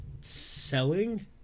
Selling